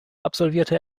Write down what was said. absolvierte